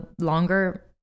longer